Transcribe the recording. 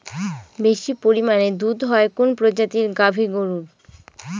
বেশি পরিমানে দুধ হয় কোন প্রজাতির গাভি গরুর?